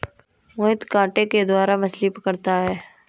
मोहित कांटे के द्वारा मछ्ली पकड़ता है